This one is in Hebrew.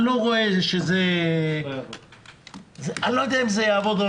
אני לא יודע אם זה יעבוד.